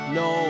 no